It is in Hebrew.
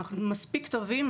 אנחנו מספיק טובים,